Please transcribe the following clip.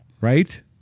right